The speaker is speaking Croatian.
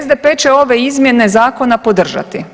SDP će ove izmjene zakona podržati.